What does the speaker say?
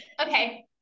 Okay